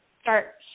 start